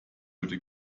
würde